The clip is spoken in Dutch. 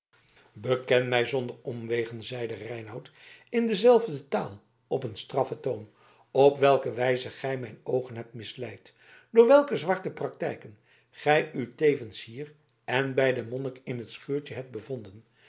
beken mij zonder omwegen zeide reinout in dezelfde taal op een straffen toon op welke wijze gij mijn oogen hebt misleid door welke zwarte praktijken gij u tevens hier en bij den monnik in het schuurtje hebt bevonden